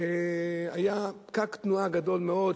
היה פקק תנועה גדול מאוד,